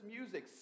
music